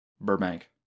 Burbank